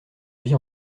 vie